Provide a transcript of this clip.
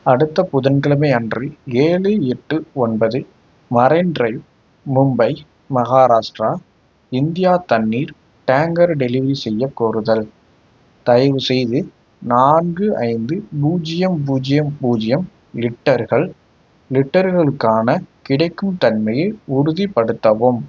அடுத்த புதன்கிழமை அன்று ஏழு எட்டு ஒன்பது மரைன் ட்ரைவ் மும்பை மஹாராஷ்டிரா இந்தியா தண்ணீர் டேங்கர் டெலிவரி செய்யக் கோருதல் தயவுசெய்து நான்கு ஐந்து பூஜ்ஜியம் பூஜ்ஜியம் பூஜ்ஜியம் லிட்டர்கள் லிட்டர்களுக்கான கிடைக்கும் தன்மையை உறுதிப்படுத்தவும்